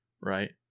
right